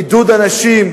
עידוד אנשים,